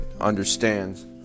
understands